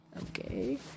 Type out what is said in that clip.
okay